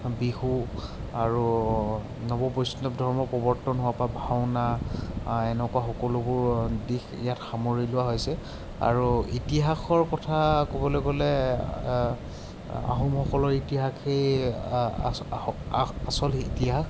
বিহু আৰু নৱ বৈষ্ণৱ ধৰ্ম প্ৰৱৰ্তন হোৱাৰ পৰা ভাওনা এনেকুৱা সকলোবোৰ দিশ ইয়াত সামৰি লোৱা হৈছে আৰু ইতিহাসৰ কথা ক'বলৈ গ'লে আহোমসকলৰ ইতিহাসেই আচল ইতিহাস